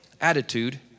attitude